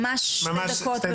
ממש דקות,